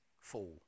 fall